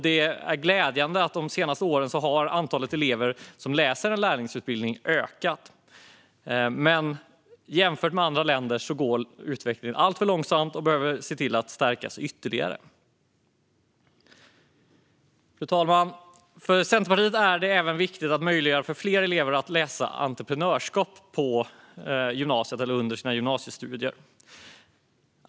Det är glädjande att antalet elever som läser en lärlingsutbildning har ökat de senaste åren, men jämfört med andra länder går utvecklingen alltför långsamt. Detta behöver stärkas ytterligare. Fru talman! För Centerpartiet är det viktigt att möjliggöra för fler elever att läsa entreprenörskap under gymnasiestudierna.